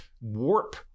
warp